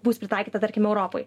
bus pritaikyta tarkim europoj